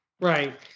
Right